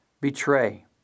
betray